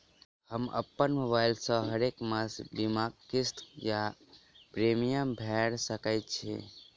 हम अप्पन मोबाइल सँ हरेक मास बीमाक किस्त वा प्रिमियम भैर सकैत छी?